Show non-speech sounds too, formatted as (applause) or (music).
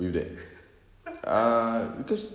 (laughs)